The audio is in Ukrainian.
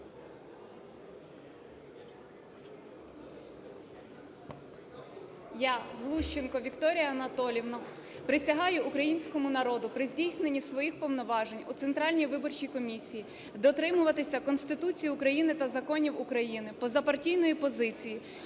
Я, Глущенко Вікторія Анатоліївна, присягаю Українському народу при здійсненні своїх повноважень у Центральній виборчій комісії дотримуватися Конституції України та законів України, позапартійної позиції,